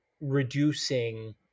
reducing